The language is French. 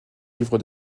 livre